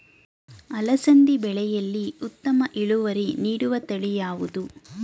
ಅಲಸಂದಿ ಬೆಳೆಯಲ್ಲಿ ಉತ್ತಮ ಇಳುವರಿ ನೀಡುವ ತಳಿ ಯಾವುದು?